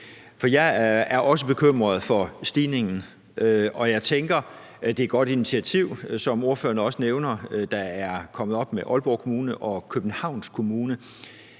jeg er også bekymret for stigningen. Og jeg tænker, at det er et godt initiativ, som ordføreren også nævner, der er kommet op med Aalborg Kommune og Københavns Kommune.